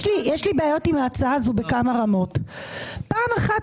יש לי בעיות עם ההצעה הזאת בכמה רמות: פעם אחת,